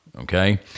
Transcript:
okay